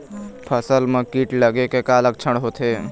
फसल म कीट लगे के का लक्षण होथे?